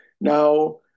Now